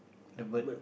the bird